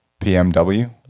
PMW